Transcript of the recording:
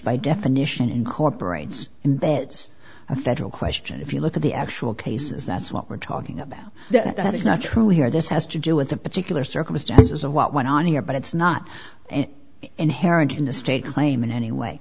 by definition incorporates imbeds a federal question if you look at the actual cases that's what we're talking about that's not true here this has to do with the particular circumstances of what went on here but it's not an inherent in the state claim in any way